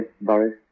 boris